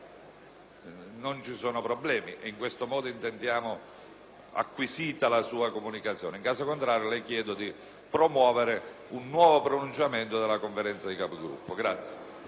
non ci sono problemi e intendiamo acquisita la sua comunicazione; in caso contrario, le chiediamo di promuovere un nuovo pronunciamento della Conferenza dei Capigruppo.